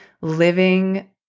living